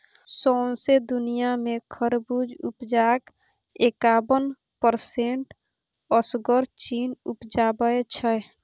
सौंसे दुनियाँ मे खरबुज उपजाक एकाबन परसेंट असगर चीन उपजाबै छै